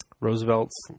Roosevelt's